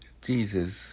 Jesus